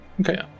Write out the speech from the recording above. Okay